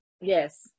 Yes